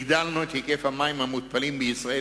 הגדלנו את היקף המים המותפלים בישראל